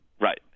Right